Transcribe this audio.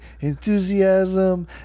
enthusiasm